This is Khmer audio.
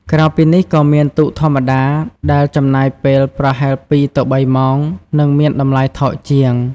ក្រៅពីនេះ ក៏មាន ទូកធម្មតា ដែលចំណាយពេលប្រហែល ២ ទៅ ៣ ម៉ោង និងមានតម្លៃថោកជាង។